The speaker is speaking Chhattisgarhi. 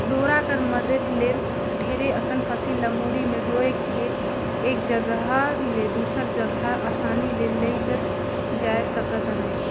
डोरा कर मदेत ले ढेरे अकन फसिल ल मुड़ी मे डोएह के एक जगहा ले दूसर जगहा असानी ले लेइजल जाए सकत अहे